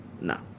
No